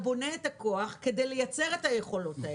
בונה את הכוח כדי לייצר את היכולות האלה,